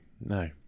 No